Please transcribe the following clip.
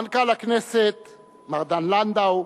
מנכ"ל הכנסת מר דן לנדאו,